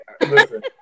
listen